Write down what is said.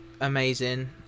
amazing